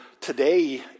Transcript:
today